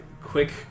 quick